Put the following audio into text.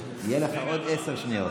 יהיו לך עוד עשר שניות,